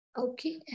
Okay